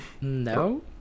No